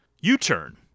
U-Turn